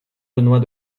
benoît